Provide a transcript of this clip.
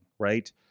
Right